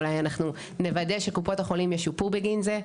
אולי אנחנו נוודא שקופות החולים ישופו בגין זה?